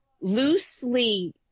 loosely